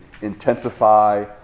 intensify